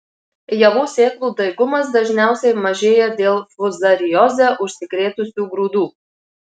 javų sėklų daigumas dažniausiai mažėja dėl fuzarioze užsikrėtusių grūdų